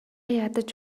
ядаж